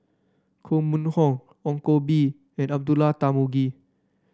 Koh Mun Hong Ong Koh Bee and Abdullah Tarmugi